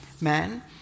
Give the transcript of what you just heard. man